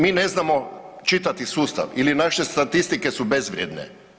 Ili mi ne znamo čitati sustav ili naše statistike su bezvrijedne.